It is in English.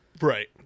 right